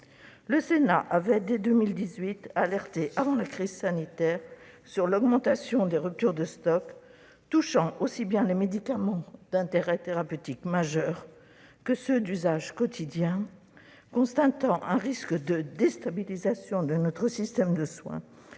le Sénat avait mis en garde contre l'augmentation des ruptures de stock, touchant aussi bien les médicaments d'intérêt thérapeutique majeur que ceux d'usage quotidien. Constatant un risque de déstabilisation de notre système de soins,